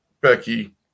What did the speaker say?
becky